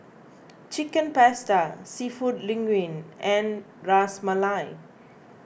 Chicken Pasta Seafood Linguine and Ras Malai